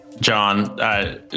John